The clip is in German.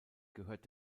gehört